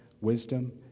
wisdom